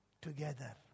together